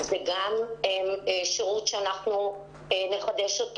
וגם שירות שנחדש,